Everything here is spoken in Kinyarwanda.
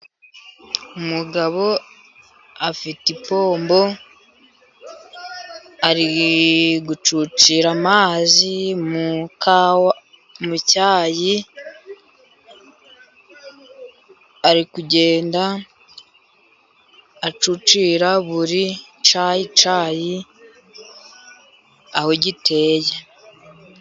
Umugabo afite ipombo arigucyucyira mu cyayi, arigucyucyira buri cyayi aho giteye.